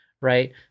right